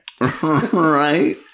right